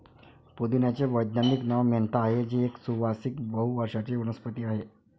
पुदिन्याचे वैज्ञानिक नाव मेंथा आहे, जी एक सुवासिक बहु वर्षाची वनस्पती आहे